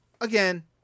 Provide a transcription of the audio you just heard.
again